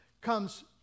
comes